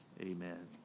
Amen